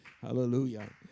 Hallelujah